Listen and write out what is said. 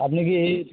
আপনি কি এই